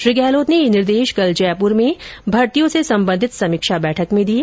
श्री गहलोत ने यह निर्देश कल जयपुर में भर्तियों से सम्बधित समीक्षा बैठक में दिए